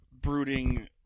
brooding